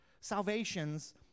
salvations